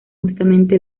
justamente